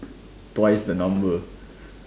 twice the number